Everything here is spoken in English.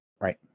Right